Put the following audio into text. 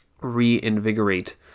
reinvigorate